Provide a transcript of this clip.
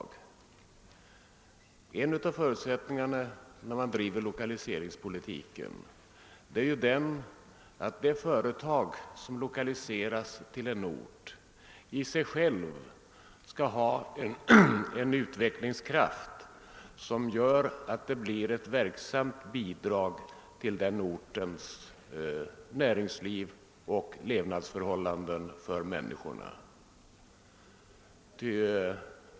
Och en av dessa principer är att det företag som lokaliseras till en ort skall i sig självt ha en utvecklingskraft som gör att företaget blir ett verksamt bidrag till ortens näringsliv och förbättrar levnadsförhållandena = för människorna där.